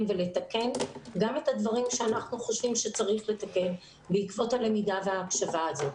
ולתקן גם את הדברים שצריך לתקן בעקבות הלמידה וההקשבה הזאת.